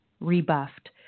Rebuffed